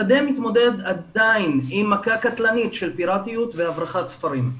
השדה מתמודד עדיין עם מכה קטלנית של פיראטיות והברחת ספרים,